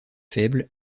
faibles